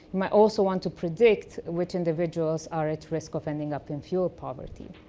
might also want to predict which individuals are at risk of ending up in fuel poverty.